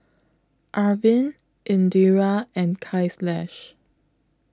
Arvind Indira and Kailash